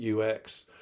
UX